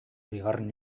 bigarren